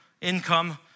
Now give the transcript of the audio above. income